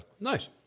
Nice